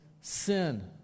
sin